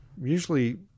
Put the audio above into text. Usually